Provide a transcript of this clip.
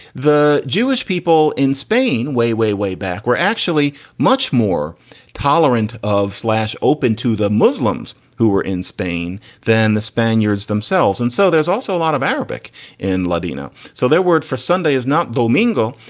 the jewish people in spain way, way, way back, we're actually much more tolerant of open to the muslims who were in spain than the spaniards themselves. and so there's also a lot of arabic in ladino. so their word for sunday is not domingo,